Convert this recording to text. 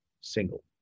single